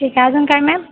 ठीक आहे अजून काय मॅम